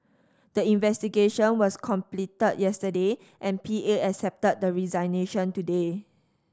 the investigation was completed yesterday and P A accepted the resignation today